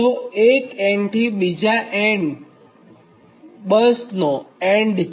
તો એક એન્ડ થી બીજા બસનો એન્ડ છે